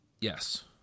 Yes